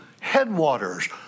headwaters